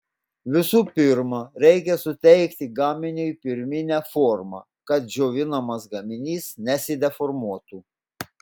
visų pirma reikia suteikti gaminiui pirminę formą kad džiovinamas gaminys nesideformuotų